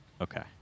Okay